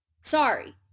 Sorry